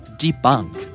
debunk